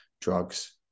drugs